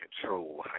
control